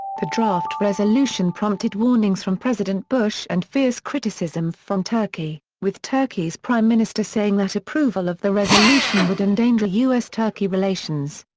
the draft resolution prompted warnings from president bush and fierce criticism from turkey, with turkey's prime minister saying that approval of the resolution would endanger u s turkey relations.